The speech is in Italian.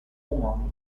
omonimo